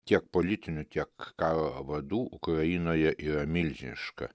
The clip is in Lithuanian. tiek politinių tiek karo vadų ukrainoje yra milžiniška